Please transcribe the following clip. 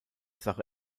sache